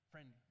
Friend